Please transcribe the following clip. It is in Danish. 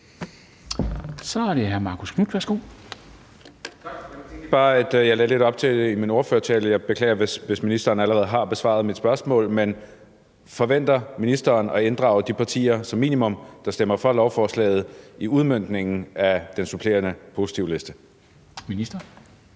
Kl. 17:21 Marcus Knuth (KF): Tak. Jeg lagde lidt op til det her i min ordførertale, og jeg beklager, hvis ministeren allerede har besvaret mit spørgsmål: Forventer ministeren som minimum at inddrage de partier, der stemmer for lovforslaget, i udmøntningen af den supplerende positivliste? Kl.